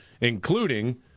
including